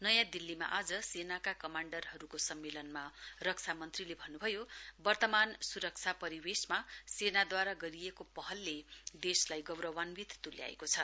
नयाँ दिल्लीमा आज सेनाका कमाण्डरहरुका सम्मेलनमा रक्षा मन्त्रीले भन्नुभयो वर्तमान सुरक्षा परिवेशमा सेनाद्वारा गरिएको पहलले देशलाई गौरवान्वित तुल्याएको छ